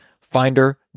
finder